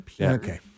Okay